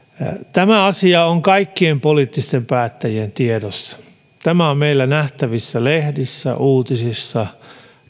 tämä asia on kaikkien poliittisten päättäjien tiedossa tämä on meillä nähtävissä lehdissä uutisissa